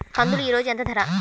కందులు ఈరోజు ఎంత ధర?